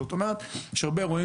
זאת אומרת, יש הרבה אירועים